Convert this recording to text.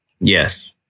yes